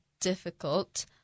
difficult